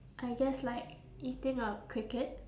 I guess like eating a cricket